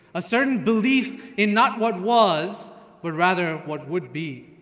a certain belief in not what was, but rather what would be.